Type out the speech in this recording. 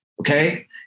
okay